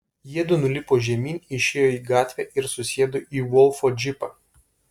jiedu nulipo žemyn išėjo į gatvę ir susėdo į volfo džipą